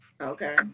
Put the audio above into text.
Okay